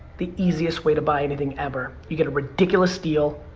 the easiest way to buy anything ever. you get a ridiculous steal,